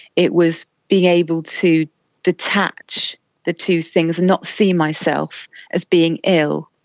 it was being able to detach the two things and not see myself as being ill.